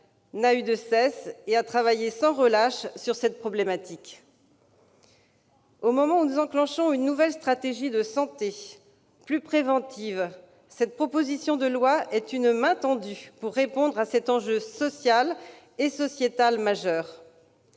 début de son mandat, a travaillé sans relâche sur cette problématique. Au moment où nous mettons en place une nouvelle stratégie de santé, plus tournée vers la prévention, cette proposition de loi est une main tendue pour répondre à un enjeu social et sociétal majeur.